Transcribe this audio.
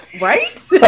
Right